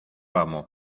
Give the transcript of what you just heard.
amo